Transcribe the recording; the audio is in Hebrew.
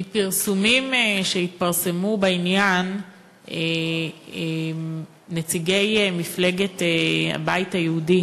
מפרסומים בעניין נציגי מפלגת הבית היהודי